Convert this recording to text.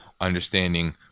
understanding